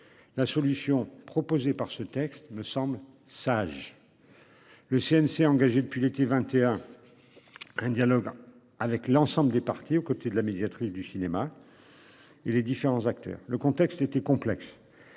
La solution proposée par ce texte me semble sage. Le CNC engagée depuis l'été 21. Un dialoguant avec l'ensemble des partis aux côtés de la médiatrice du cinéma. Et les différents acteurs, le contexte était complexe.